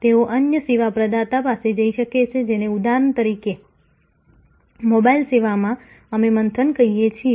તેઓ અન્ય સેવા પ્રદાતા પાસે જઈ શકે છે જેને ઉદાહરણ તરીકે મોબાઈલ સેવામાં અમે મંથન કહીએ છીએ